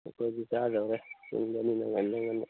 ꯑꯩꯈꯣꯏꯗꯤ ꯆꯥꯗꯧꯔꯦ ꯉꯟꯕꯅꯤꯅ ꯉꯟꯅ ꯉꯟꯅ